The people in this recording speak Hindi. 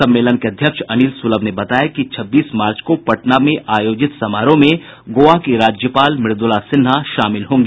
सम्मेलन के अध्यक्ष अनिल सुलभ ने बताया कि छब्बीस मार्च को पटना में आयोजित समारोह में गोवा की राज्यपाल मृदुला सिन्हा शामिल होंगी